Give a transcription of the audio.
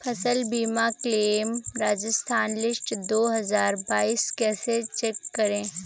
फसल बीमा claim Rajasthan list दो हज़ार बाईस कैसे चेक करें?